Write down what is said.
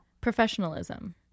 professionalism